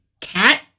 cat